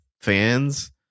fans